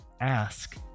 Ask